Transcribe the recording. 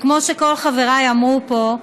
וכמו שכל חבריי אמרו פה,